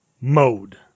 mode